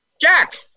jack